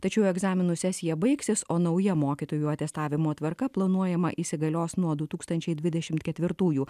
tačiau egzaminų sesija baigsis o nauja mokytojų atestavimo tvarka planuojama įsigalios nuo du tūkstančiai dvidešimt ketvirtųjų